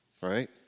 right